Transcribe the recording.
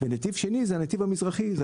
הטענות שלי הן לא